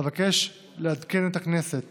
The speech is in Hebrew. אבקש לעדכן את הכנסת